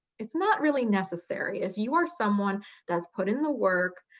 it's not really necessary. if you are someone that's put in the work,